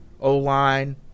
O-line